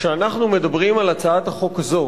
כשאנחנו מדברים על הצעת החוק הזו,